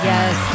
Yes